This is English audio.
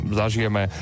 zažijeme